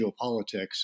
geopolitics